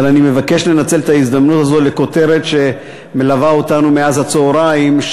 אבל אני מבקש לנצל את ההזדמנות הזאת לכותרת שמלווה אותנו מאז הצהריים,